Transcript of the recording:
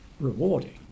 rewarding